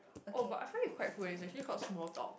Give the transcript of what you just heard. oh but I find it quite cool eh it's actually called small talk